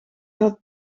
had